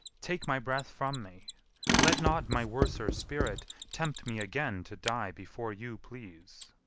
take my breath from me let not my worser spirit tempt me again to die before you please!